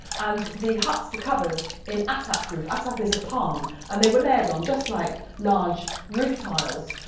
and the huts were covered in attap roof attap is a palm and they were layered on just like large roof tiles.